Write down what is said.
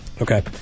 Okay